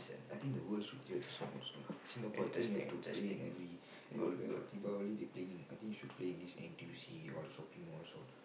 I think the world should hear the song also lah Singapore I think you have to play in every everywhere for Deepavali they playing I think they should play in this N_T_U_C all the shopping mall also lah